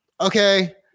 okay